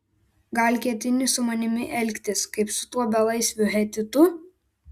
gal ketini su manimi elgtis kaip su tuo belaisviu hetitu